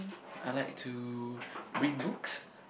I like to read books